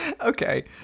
Okay